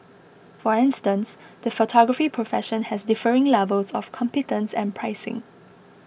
for instance the photography profession has differing levels of competence and pricing